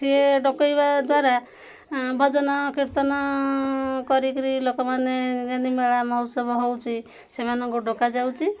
ସିଏ ଡକେଇବା ଦ୍ୱାରା ଭଜନ କୀର୍ତ୍ତନ କରିକିରି ଲୋକମାନେ ଯେନ୍ତି ମେଳା ମହୋତ୍ସବ ହଉଛି ସେମାନଙ୍କୁ ଡକାଯାଉଛି